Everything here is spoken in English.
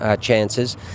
chances